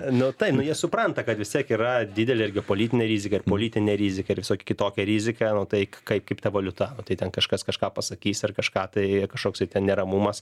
nu taip nu jie supranta kad vis tiek yra didelė ir geopolitinę riziką ir politinę riziką ir visokią kitokią riziką nu tai kaip ta valiuta o tai ten kažkas kažką pasakys ar kažką tai kažkoksai neramumas